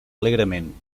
alegrement